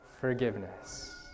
forgiveness